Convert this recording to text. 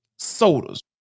sodas